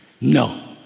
no